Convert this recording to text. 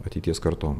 ateities kartom